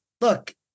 look